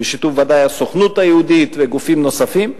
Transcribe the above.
ודאי בשיתוף הסוכנות היהודית וגופים נוספים.